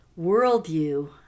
worldview